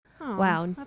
Wow